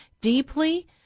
deeply